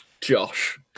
Josh